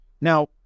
Now